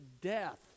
death